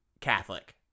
Catholic